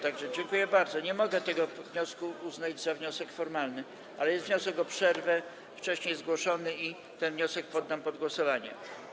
Tak że dziękuję bardzo, nie mogę tego wniosku uznać za wniosek formalny, ale jest wniosek o przerwę, wcześniej zgłoszony, i ten wniosek poddam pod głosowanie.